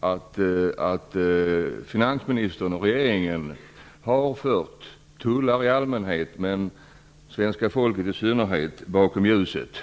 att finansministern och regeringen har fört tullar i allmänhet och svenska folket i synnerhet bakom ljuset.